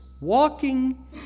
Walking